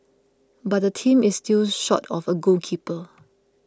but the team is still short of a goalkeeper